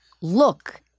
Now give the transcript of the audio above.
look